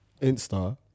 Insta